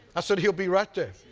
i said, he'll be right there.